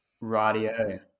Radio